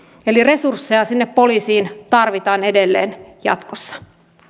eli resursseja sinne poliisiin tarvitaan edelleen jatkossa